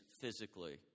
physically